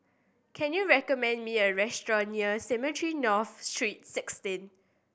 can you recommend me a restaurant near Cemetry North Street Sixteen